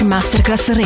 Masterclass